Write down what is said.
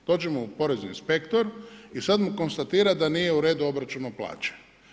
Dođe mu porezni inspektor i sada mu konstatira da nije u redu obračun plaća.